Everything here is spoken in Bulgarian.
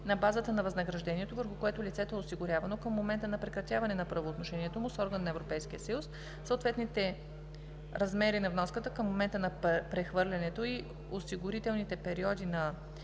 на базата на възнаграждението, върху което лицето е осигурявано към момента на прекратяване на правоотношението му с орган на Европейския съюз, съответните размери на вноската към момента на прехвърлянето и осигурителните периоди на